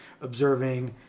observing